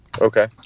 Okay